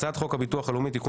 הצעת חוק הביטוח הלאומי (תיקון,